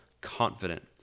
confident